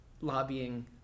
lobbying